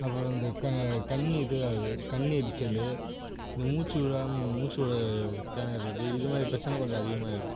அப்புறம் இந்த க கண் இதுவாகும் கண் எரிச்சல் இந்த மூச்சு விடாம மூச்சு விட திணர்றது இதுமாதிரி பிரச்சனை கொஞ்சம் அதிகமாக இருக்